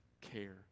care